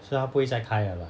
so 他不会在开 liao lah